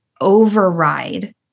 override